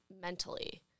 mentally